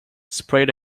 sprayed